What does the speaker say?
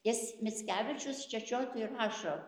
jis mickevičius čečiotui rašo